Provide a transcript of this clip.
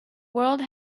world